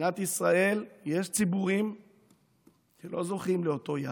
במדינת ישראל יש ציבורים שלא זוכים לאותו יחס.